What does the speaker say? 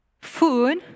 Food